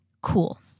cool